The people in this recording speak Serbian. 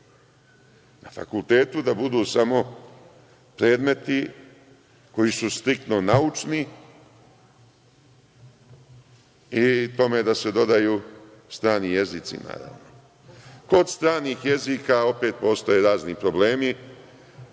Na fakultetu da budu samo predmeti koji su striktno naučni i tome da se dodaju strani jezici itd. Kod stranih jezika opet postoje razni problemi.